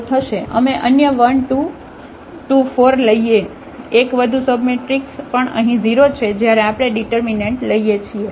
અમે અન્ય 1 2 2 4 લઈએ એક વધુ સબમેટ્રિક્સ પણ અહીં 0 છે જ્યારે આપણે ડિટર્મિનન્ટ લઈએ છીએ